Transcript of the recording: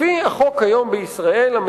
לפי החוק בישראל כיום,